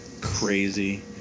Crazy